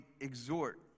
exhort